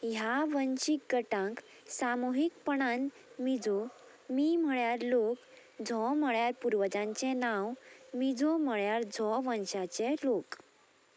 ह्या वंशीक गटांक सामूहिकपणान मिजो मी म्हळ्यार लोक झो म्हळ्यार पुर्वजांचे नांव मिजो म्हळ्यार झो वंशाचें लोक